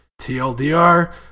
TLDR